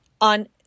on